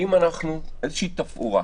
אם אנחנו איזה תפאורה